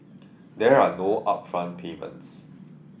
there are no upfront payments